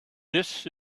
this